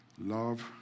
Love